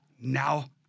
now